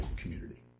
community